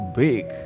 big